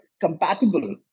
compatible